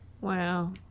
Wow